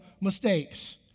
mistakes